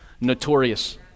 Notorious